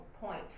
point